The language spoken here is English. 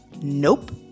nope